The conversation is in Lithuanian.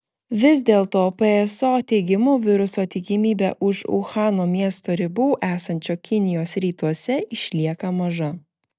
vis dėl to pso teigimu viruso tikimybė už uhano miesto ribų esančio kinijos rytuose išlieka maža